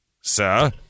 sir